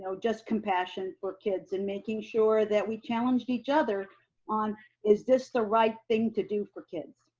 so just compassion for kids and making sure that we challenge each other on is this the right thing to do for kids?